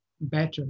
better